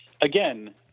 again